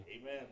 Amen